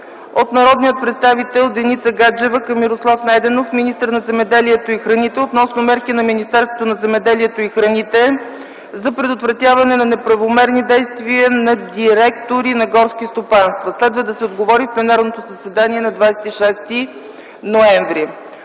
от народния представител Деница Гаджева към Мирослав Найденов - министър за земеделието и храните, относно мерки на Министерството на земеделието и храните за предотвратяване на неправомерни действия на директори на горски стопанства. Следва да се отговори в пленарното заседание на 26 ноември